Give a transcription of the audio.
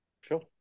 Sure